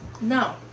no